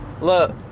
Look